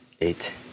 Eight